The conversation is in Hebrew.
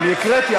הקראתי.